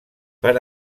per